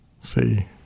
See